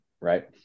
right